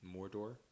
Mordor